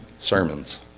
sermons